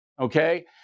okay